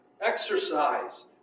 exercise